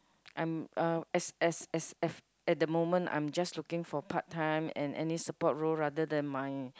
I'm uh as as as af~ at the moment I'm just looking for part time and any support role rather than my